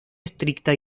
estricta